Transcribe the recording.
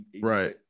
Right